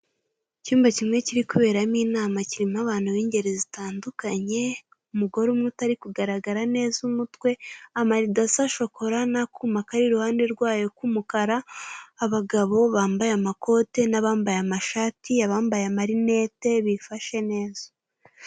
Icyumba kimwe kiri kuberamo inama, kirimo abantu b'ingeri zitandukanye, umugore umwe utari kugaragara neza umutwe, amarido asa shokora n'akuma kari iruhande rwayo k'umukara, abagabo bambaye amakote n'abambaye amashati, abambaye amarinete bifashe neza.